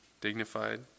dignified